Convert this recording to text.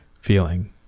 feeling